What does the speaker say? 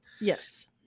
Yes